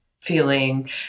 feeling